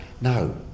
No